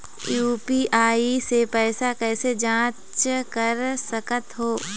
UPI से पैसा कैसे जाँच कर सकत हो?